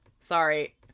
Sorry